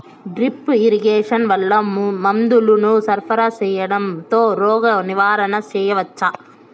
Drip irrigation వల్ల మందులను సరఫరా సేయడం తో రోగ నివారణ చేయవచ్చా?